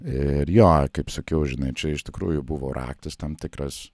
ir jo kaip sakiau žinai čia iš tikrųjų buvo raktas tam tikras